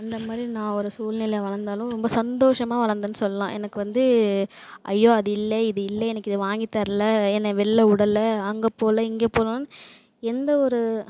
அந்த மாதிரி நான் ஒரு சூழ்நிலை வளர்ந்தாலும் ரொம்ப சந்தோஷமாக வளர்ந்தேன்னு சொல்லலாம் எனக்கு வந்து அய்யோ அது இல்லை இது இல்லை எனக்கு இதை வாங்கி தரலை என்ன வெளிலவிடல அங்கே போல் இங்கே போகலன்னு எந்த ஒரு